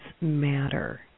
matter